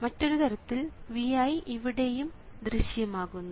മറ്റൊരു തരത്തിൽ Vi ഇവിടെയും ദൃശ്യമാകുന്നു